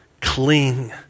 cling